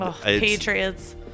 Patriots